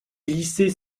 lycées